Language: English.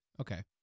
Okay